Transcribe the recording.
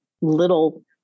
little